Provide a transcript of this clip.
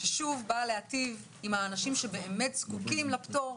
ששוב באה להיטיב עם האנשים שבאמת זקוקים לפטור.